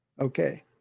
Okay